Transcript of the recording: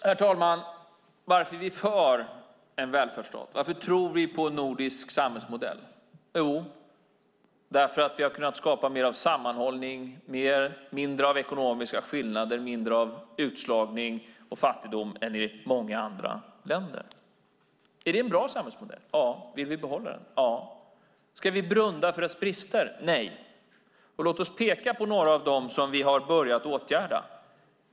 Herr talman! Varför är vi för en välfärdsstat? Varför tror vi på en nordisk samhällsmodell? Jo, därför att vi har kunnat skapa mer av sammanhållning, mindre av ekonomiska skillnader, mindre av utslagning och fattigdom än i många andra länder. Är det en bra samhällsmodell? Ja. Vill vi behålla den? Ja. Ska vi blunda för dess brister? Nej. Låt oss peka på några av dem som vi har börjat åtgärda.